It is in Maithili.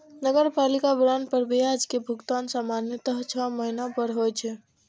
नगरपालिका बांड पर ब्याज के भुगतान सामान्यतः छह महीना पर होइ छै